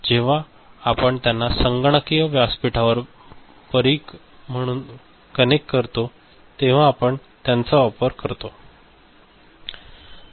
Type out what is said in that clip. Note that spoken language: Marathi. जेव्हा आपण त्यांना संगणकीय व्यासपीठावर परिघ म्हणून कनेक्ट करतो तेव्हा आपण त्यांचा वापर करतो